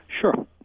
Sure